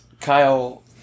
Kyle